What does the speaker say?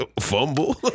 fumble